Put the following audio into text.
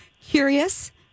curious